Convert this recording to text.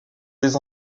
les